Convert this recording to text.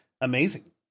amazing